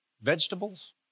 vegetables